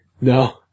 No